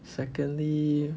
secondly